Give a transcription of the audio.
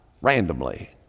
randomly